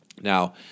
Now